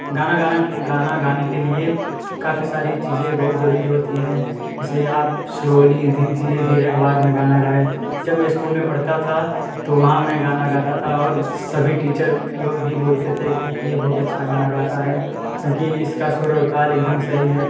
गाना गाना की गाना गाने के लिए काफ़ी सारी चीज़ें बहुत ज़रूरी होती है इसे आप स्लोली धी धीरे धीरे आवाज में गाना गाएँ जब मैं स्कूल में पढ़ता था तो वहाँ मैं गाना गाता था और सभी टीचर लोग भी बोलते थे कि यह बहुत अच्छा गाना गाता है क्योंकि इसका सुर और ताल एकदम सही है